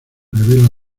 revela